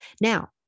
Now